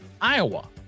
Iowa